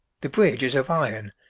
the bridge is of iron,